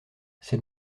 c’est